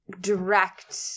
direct